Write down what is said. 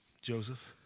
Joseph